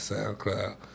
SoundCloud